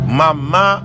mama